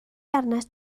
arnat